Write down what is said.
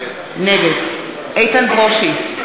נגד איתן ברושי,